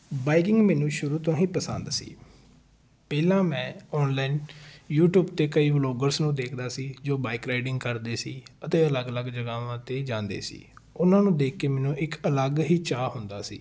biking ਮੈਨੂੰ ਸ਼ੁਰੂ ਤੋਂ ਹੀ ਪਸੰਦ ਸੀ ਪਹਿਲਾਂ ਮੈਂ ਔਨਲਾਈਨ ਯੂਟਿਊਬ 'ਤੇ ਕਈ ਵਲੋਗਰਸ ਨੂੰ ਦੇਖਦਾ ਸੀ ਜੋ ਬਾਈਕ ਰਾਈਡਿੰਗ ਕਰਦੇ ਸੀ ਅਤੇ ਅਲੱਗ ਅਲੱਗ ਜਗਾਵਾਂ 'ਤੇ ਜਾਂਦੇ ਸੀ ਉਹਨਾਂ ਨੂੰ ਦੇਖ ਕੇ ਮੈਨੂੰ ਇੱਕ ਅਲੱਗ ਹੀ ਚਾਅ ਹੁੰਦਾ ਸੀ